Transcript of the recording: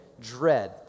Dread